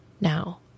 now